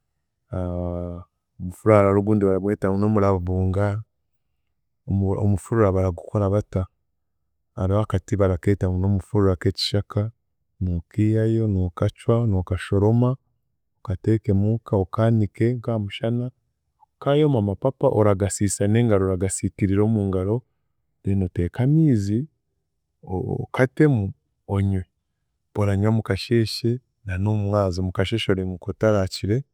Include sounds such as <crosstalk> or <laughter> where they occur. <hesitation> omufurura hariho ogundi baragweta ngu n'omuravunga. Omu- omufurura baragukora bata? Hariho akati barakeeta ngu n'omufurura k'ekishaka, nookiihayo, nookacwa, nookashoroma okateekemu okaanike nk'aha mushana kaayoma amapapa, oragasiisa n'engaro oragasiitirira omungaro then oteke amiizi o- o- okatemu onywe, oranywa omukasheeshe na n'omumwazo omukasheeshe oriimuka ataraakire.